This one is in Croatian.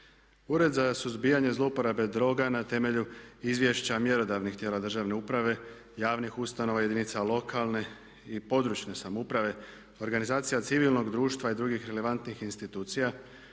Ured za suzbijanje zlouporabe droga na temelju izvješća mjerodavnih tijela državne uprave, javnih ustanova jedinica lokalne i područne samouprave, organizacija civilnog društva i drugih relevantnih institucija